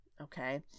Okay